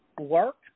work